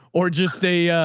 or just a,